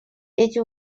эти